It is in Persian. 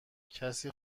کسی